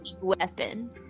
weapon